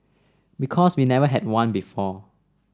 because we never had one before